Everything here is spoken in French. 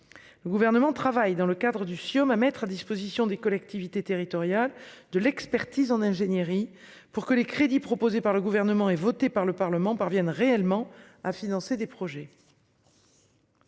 Le gouvernement travaille dans le cadre du siom à mettre à disposition des collectivités territoriales de l'expertise en ingénierie pour que les crédits proposés par le gouvernement et voté par le Parlement parviennent réellement à financer des projets.